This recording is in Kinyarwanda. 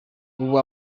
ubu